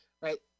right